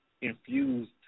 infused